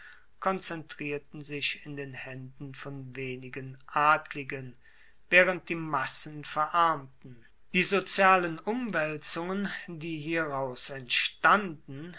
konzentrierten sich in den haenden von wenigen adligen waehrend die massen verarmten die sozialen umwaelzungen die hieraus entstanden